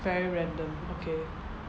very random okay